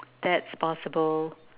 that's possible